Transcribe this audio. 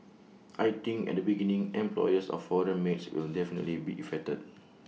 I think at the beginning employers of foreign maids will definitely be affected